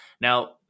Now